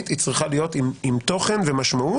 אלא היא צריכה להיות עם תוכן ומשמעות,